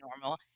normal